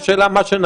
יש שאלה על מה שנעשה,